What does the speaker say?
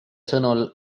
sõnul